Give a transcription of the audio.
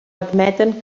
admeten